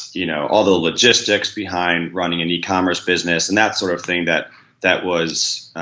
you know all the logistics behind running an e-commerce business and that sort of thing that that was